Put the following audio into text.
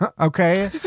okay